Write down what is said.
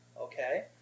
okay